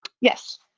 Yes